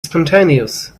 spontaneous